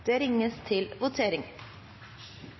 Det ringes til votering.